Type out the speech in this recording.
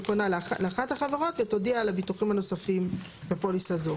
פונה לאחת החברות ותודיע לביטוחים הנוספים בפוליסה זו.